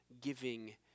giving